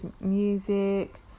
music